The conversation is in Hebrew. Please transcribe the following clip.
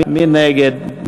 מי נגד?